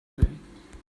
bin